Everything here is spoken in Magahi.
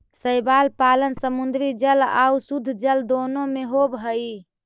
शैवाल पालन समुद्री जल आउ शुद्धजल दोनों में होब हई